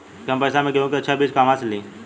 कम पैसा में गेहूं के अच्छा बिज कहवा से ली?